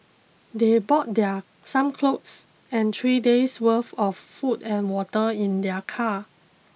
they brought their some clothes and three days' worth of food and water in their car